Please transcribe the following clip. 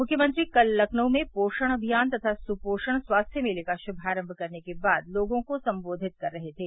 मुख्यमंत्री कल लखनऊ में पोषण अभियान तथा सुपोषण स्वास्थ्य मेले का शुभारम्म करने के बाद लोगों को संबोधित कर रहे थे